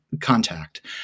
contact